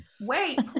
wait